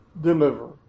deliver